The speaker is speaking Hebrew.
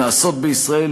נעשות בישראל.